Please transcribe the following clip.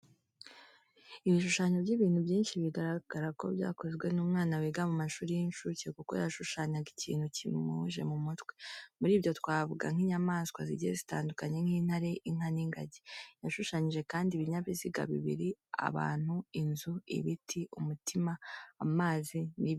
Ibishushanyo by'ibintu byinshi bigaragara ko byakozwe n'umwana wiga mu mashuri y'incuke kuko yashushanyaga ikintu kimuje mu mutwe. Muri ibyo twavuga nk'inyamaswa zigiye zitandukanye nk'intare, inka n'ingagi. Yashushanyije kandi ibinyabiziga bibiri, abantu, inzu, ibiti, umutima, amazi n'ibindi.